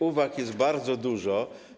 Uwag jest bardzo dużo.